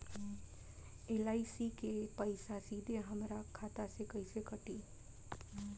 LIC के पईसा सीधे हमरा खाता से कइसे कटी?